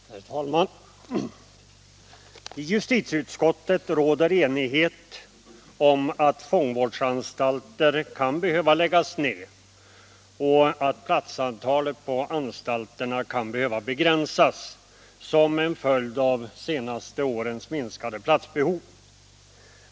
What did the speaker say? Herr talman! I justitieutskottet råder enighet om att fångvårdsanstalter — Anslag till kriminalkan behöva läggas ner och att platsantalet på anstalterna kan behöva = vården begränsas som en följd av de senaste årens minskade platsbehov.